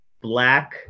black